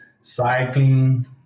cycling